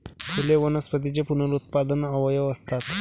फुले वनस्पतींचे पुनरुत्पादक अवयव असतात